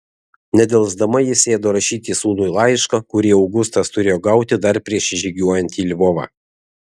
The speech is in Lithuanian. nedelsdama ji sėdo rašyti sūnui laišką kurį augustas turėjo gauti dar prieš įžygiuojant į lvovą